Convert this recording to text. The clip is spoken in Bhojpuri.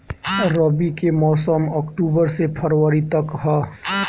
रबी के मौसम अक्टूबर से फ़रवरी तक ह